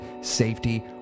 safety